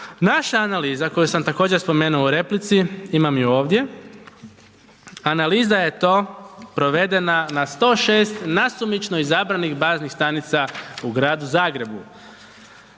Naša analiza koju sam također spomenuo u replici, imam ju ovdje, analiza je to provedena na 106 nasumično izabranih baznih stanica u gradu Zagrebu.